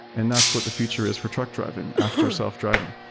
and that's what the future is for truck driving after self-driving.